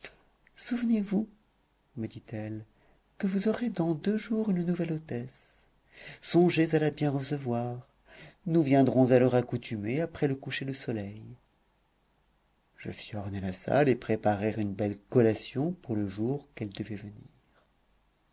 souvenez-vous me dit-elle que vous aurez dans deux jours une nouvelle hôtesse songez à la bien recevoir nous viendrons à l'heure accoutumée après le coucher du soleil je fis orner la salle et préparer une belle collation pour le jour qu'elles devaient venir